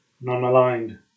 non-aligned